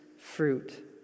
fruit